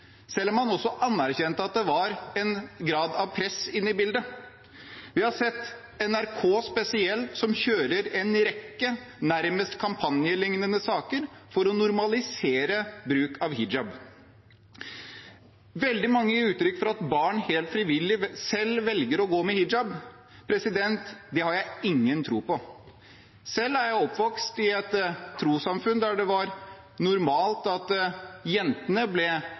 selv om han også anerkjente at det var en grad av press inne i bildet. Vi har sett NRK spesielt kjøre en rekke nærmeste kampanjeliknende saker for å normalisere bruk av hijab. Veldig mange gir uttrykk for at barn helt frivillig selv velger å gå med hijab. Det har jeg ingen tro på. Selv er jeg oppvokst i et trossamfunn der det var normalt – jentene ble